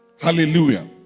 Hallelujah